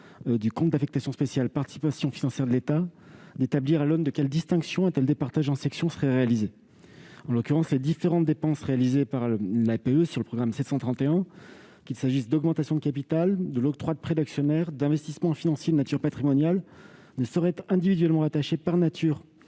du compte d'affectation spéciale « Participations financières de l'État », d'établir à l'aune de quelle distinction un tel partage en sections serait réalisé. En l'occurrence, les différentes dépenses réalisées par l'APE sur le programme 731, qu'il s'agisse d'augmentations de capital, de l'octroi de prêts d'actionnaires, d'investissements financiers de nature patrimoniale, ne sauraient être individuellement attachées par nature